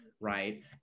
right